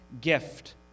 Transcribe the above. gift